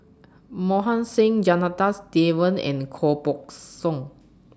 Mohan Singh Janadas Devan and Koh Buck Song